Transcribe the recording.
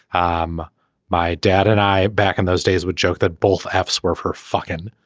um my dad and i back in those days would joke that both f swear off her fuckin